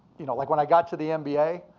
you know like when i got to the nba,